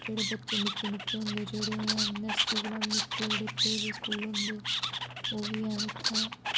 जेह्ड़े बच्चे निक्के निक्के होंदे जेह्ड़े इयां नर्सरी कोला बी निक्के जेह्ड़े प्ले वे स्कूल होंदे ओह् बी हैन उत्थैं